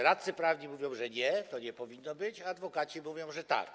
Radcy prawni mówią, że nie, to nie powinno być, a adwokaci mówią, że tak.